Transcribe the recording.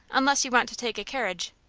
unless you want to take a carriage.